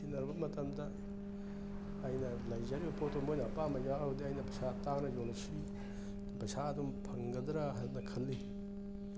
ꯊꯤꯅꯔꯕ ꯃꯇꯝꯗ ꯑꯩꯅ ꯂꯩꯖꯔꯤꯕ ꯄꯣꯠꯇꯨ ꯃꯣꯏꯅ ꯑꯄꯥꯝꯕ ꯌꯥꯎꯔꯗꯤ ꯑꯩꯅ ꯄꯩꯁꯥ ꯇꯥꯡꯅ ꯌꯣꯟꯕꯁꯨ ꯄꯩꯁꯥ ꯑꯗꯨꯝ ꯐꯪꯒꯗ꯭ꯔꯥ ꯍꯥꯏꯗꯅ ꯈꯜꯂꯤ